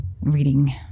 reading